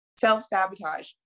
self-sabotage